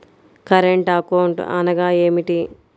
Current account అనగా ఏమిటి?